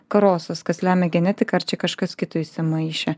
karosas kas lemia genetiką ar čia kažkas kito įsimaišė